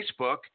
facebook